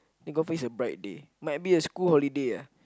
it go face a bright day might be a school holiday ah